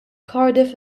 cardiff